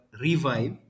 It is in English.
revive